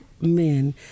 men